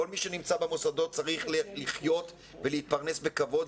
כל מי שנמצא במוסדות צריך לחיות ולהתפרנס בכבוד,